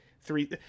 three